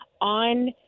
on